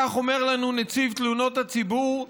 כך אומר לנו נציב תלונות הציבור,